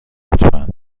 لطفا